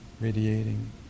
radiating